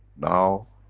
now,